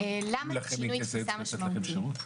שינוי תפיסה משמעותי.